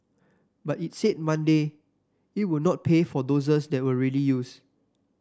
but it said Monday it would not pay for doses that were already used